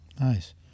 nice